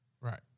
Right